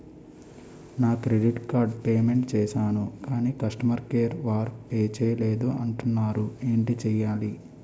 నా credit card payment చేసాను కాని కస్టమర్ కేర్ వారు పే చేయలేదు అంటున్నారు ఏంటి చేయాలి?